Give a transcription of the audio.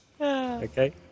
Okay